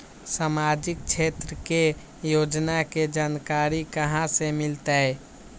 सामाजिक क्षेत्र के योजना के जानकारी कहाँ से मिलतै?